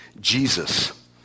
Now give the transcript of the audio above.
Jesus